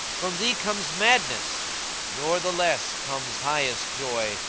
from thee comes madness nor the less comes highest joy,